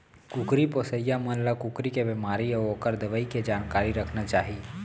कुकरी पोसइया मन ल कुकरी के बेमारी अउ ओकर दवई के जानकारी रखना चाही